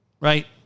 right